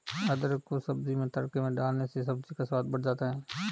अदरक को सब्जी में तड़के में डालने से सब्जी का स्वाद बढ़ जाता है